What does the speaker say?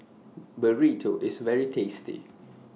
Burrito IS very tasty